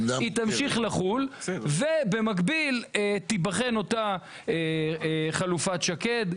היא תמשיך לחול ובמקביל תיבחן אותה חלופת שקד.